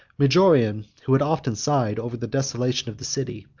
majorian, who had often sighed over the desolation of the city,